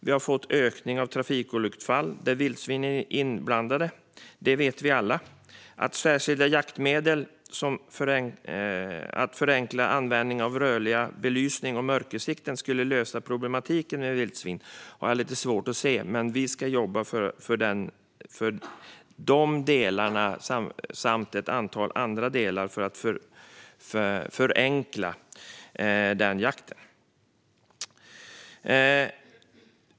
Vi har fått en ökning av trafikolycksfall där vildsvin är inblandade. Det vet vi alla. Att särskilda jaktmedel, som att förenkla användning av rörlig belysning och mörkersikten, skulle lösa problematiken med vildsvin har jag lite svårt att se, men vi ska jobba för de delarna och ett antal andra delar för att förenkla den jakten.